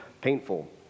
painful